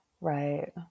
right